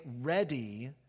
ready